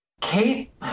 Kate